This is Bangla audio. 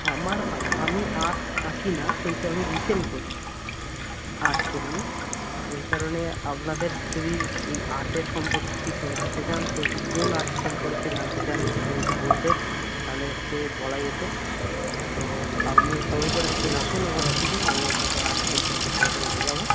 আমার আমি আর্ট আঁকি না কিন্তু আমি রিসেল করি আর্টকে নিয়ে ওই কারণে আপনাদের যদি এই আর্টের সম্পর্কে কিছু জানতে চান তো যে কোন আর্ট সম্পর্কে জানতে চান সেটা যদি বলতেন তাহলে সে বলা যেতো তো আপনি সময় করে এক দিন আসুন আমার অফিসে আমি আপনাকে আর্ট সম্পর্কে ভালো করে বোঝাবো